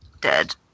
dead